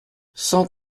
cent